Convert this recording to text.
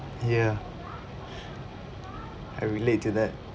ya I relate to that